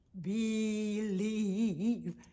Believe